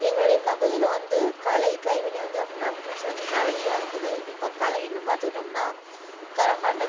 எங்களுடைய பகுதியில் வந்து கலை கைவினை வந்து அப்படினு சொல்லறதுக்கு நிறையா இருக்குது இப்போது கலைனு பாத்துக்கிட்டோம்னா கரகாட்டம்